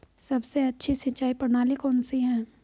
सबसे अच्छी सिंचाई प्रणाली कौन सी है?